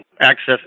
access